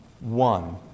one